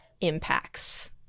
impacts